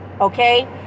okay